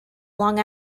long